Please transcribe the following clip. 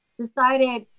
decided